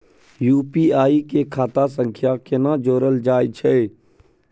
UPI के खाता सं केना जोरल जाए छै?